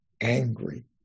angry